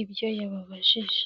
ibyo yabababajije.